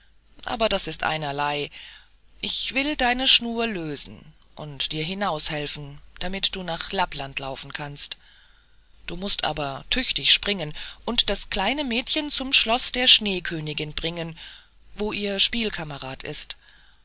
aber das ist einerlei ich will deine schnur lösen und dir hinaushelfen damit du nach lappland laufen kannst du mußt aber tüchtig springen und dieses kleine mädchen zum schloß der schneekönigin bringen wo ihr spielkamerad ist